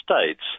States